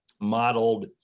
modeled